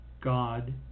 God